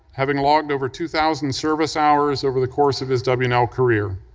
having logged over two thousand service hours over the course of his w and l career.